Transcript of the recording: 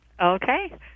Okay